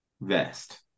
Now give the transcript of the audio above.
vest